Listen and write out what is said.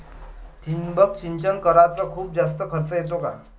ठिबक सिंचन कराच खूप जास्त खर्च येतो का?